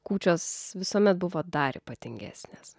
kūčios visuomet buvo dar ypatingesnės